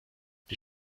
die